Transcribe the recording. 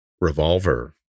Revolver